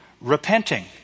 repenting